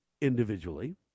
individually